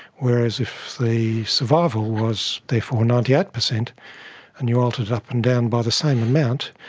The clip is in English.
whereas if the survival was therefore ninety eight percent and you altered it up and down by the same amount,